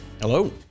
Hello